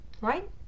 right